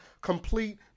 complete